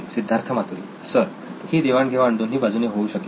Siddharth Maturi sir ही देवाण घेवाण दोन्ही बाजूने होऊ शकेल